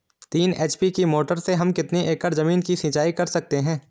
तीन एच.पी की मोटर से हम कितनी एकड़ ज़मीन की सिंचाई कर सकते हैं?